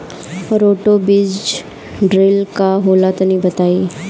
Roto बीज drill का होला तनि बताई?